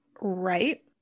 Right